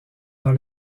dans